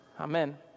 Amen